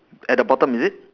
at the bottom is it